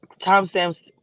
timestamps